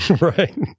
right